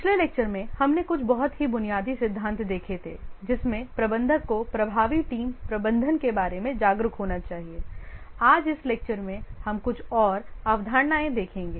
पिछले व्याख्यान में हमने कुछ बहुत ही बुनियादी सिद्धांत देखे थेजिसमें प्रबंधक को प्रभावी टीम प्रबंधन के बारे में जागरूक होना चाहिए आज इस व्याख्यान में हम कुछ और अवधारणाएँ देखेंगे